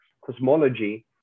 cosmology